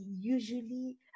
usually